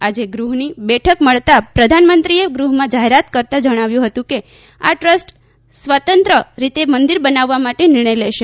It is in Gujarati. આજે ગૃહની બેઠક મળતાં પ્રધાનમંત્રીએ ગૃહમાં જાહેરાત કરતાં જણાવ્યું હતું કે આ ટ્રસ્ટ સ્વતંત્ર રીતે મંદિર બાંધવા માટે નિર્ણય લેશે